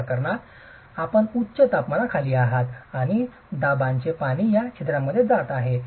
या प्रकरणात आपण उच्च तापमानाखाली आहात आणि दाबांचे पाणी या छिद्रांमध्ये जात आहे